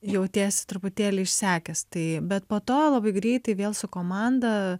jauties truputėlį išsekęs tai bet po to labai greitai vėl su komanda